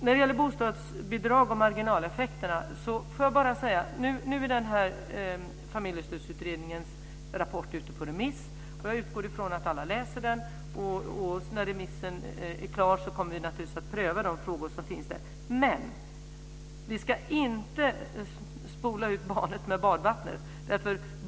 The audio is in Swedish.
När det gäller bostadsbidragen och marginaleffekterna vill jag bara säga detta: Nu är Familjestödsutredningens rapport ute på remiss. Jag utgår från att alla läser den. När remissen är klar kommer vi naturligtvis att pröva de frågor som finns där. Men vi ska inte kasta ut barnet med badvattnet.